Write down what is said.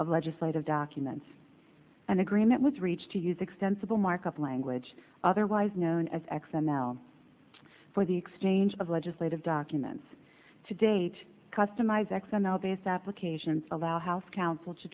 of legislative documents and agreement was reached to use extensible markup language otherwise known as x m l for the exchange of legislative documents to date customized x m l based applications allow house counsel to